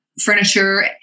furniture